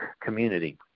community